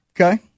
Okay